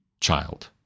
child